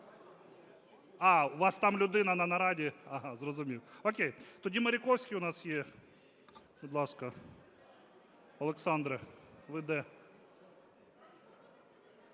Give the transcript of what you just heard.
А, у вас там людина на нараді, зрозумів. О'кей. Тоді Маріковський у нас є. Будь ласка, Олександре, ви де?